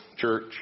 church